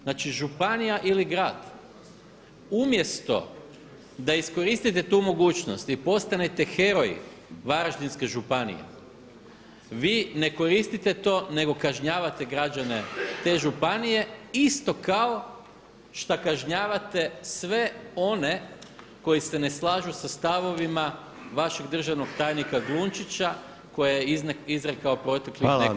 Znači županija ili grad umjesto da iskoristite tu mogućnost i postanete heroj Varaždinske županije vi nekoristite to nego kažnjavate građane te županije isto kao šta kažnjavate sve one koji se ne slažu sa stavovima vašeg državnog tajnika Glunčić koje je izrekao proteklih nekoliko dana.